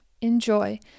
Enjoy